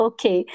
Okay